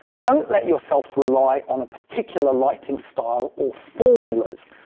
don't let yourself rely on a particular lighting style or formulas.